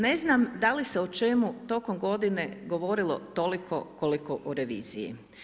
Ne znam, da li se o čemu, tokom godine, govorilo toliko koliko o reviziji.